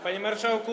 Panie Marszałku!